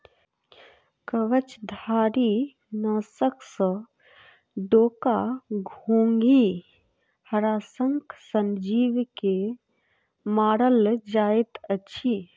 कवचधारीनाशक सॅ डोका, घोंघी, हराशंख सन जीव के मारल जाइत अछि